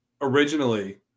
Originally